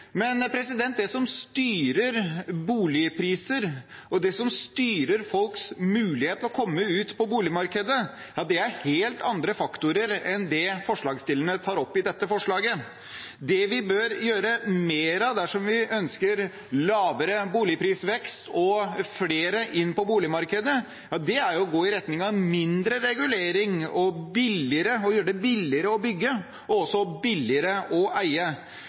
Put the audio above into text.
Det som styrer boligpriser, og det som styrer folks mulighet til å komme ut på boligmarkedet, er helt andre faktorer enn det forslagsstillerne tar opp i dette forslaget. Det vi bør gjøre mer av dersom vi ønsker lavere boligprisvekst og flere inn på boligmarkedet, er å gå i retning av mindre regulering og gjøre det billigere å bygge og også billigere å eie.